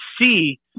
see